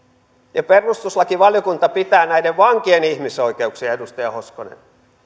ja perustuslakivaliokunta pitää näiden vankien ihmisoikeuksia edustaja hoskonen